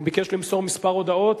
הוא ביקש למסור כמה הודעות.